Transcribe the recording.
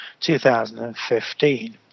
2015